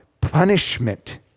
punishment